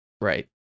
Right